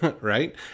right